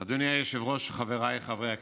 היושב-ראש, חבריי חברי הכנסת,